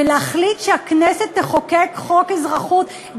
ולהחליט שהכנסת תחוקק חוק אזרחות,